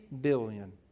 billion